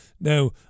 Now